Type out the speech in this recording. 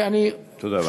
ושוב, תודה רבה.